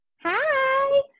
Hi